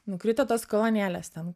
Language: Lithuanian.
nukrito tos kolonėlės ten